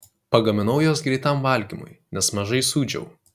pagaminau juos greitam valgymui nes mažai sūdžiau